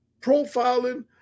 profiling